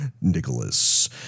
Nicholas